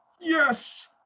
Yes